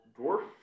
dwarf